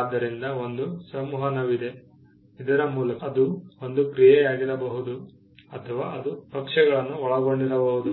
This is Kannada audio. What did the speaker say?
ಆದ್ದರಿಂದ ಒಂದು ಸಂವಹನವಿದೆ ಇದರ ಮೂಲಕ ಅದು ಒಂದು ಕ್ರಿಯೆಯಾಗಿರಬಹುದು ಅಥವಾ ಅದು ಪಕ್ಷಗಳನ್ನು ಒಳಗೊಂಡಿರಬಹುದು